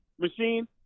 machine